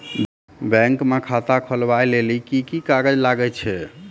Bank म खाता खोलवाय लेली की की कागज लागै छै?